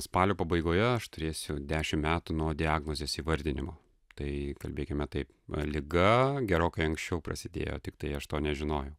spalio pabaigoje aš turėsiu dešimt metų nuo diagnozės įvardinimo tai kalbėkime taip liga gerokai anksčiau prasidėjo tiktai aš to nežinojau